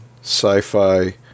sci-fi